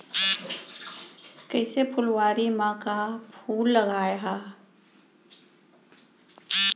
कइसे फुलवारी म का का फूल लगाय हा?